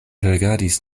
rigardis